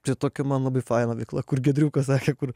čia tokia man labai faina veikla kur giedriukas sakė kur